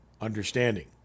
understanding